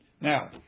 Now